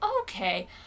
okay